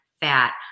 fat